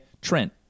Trent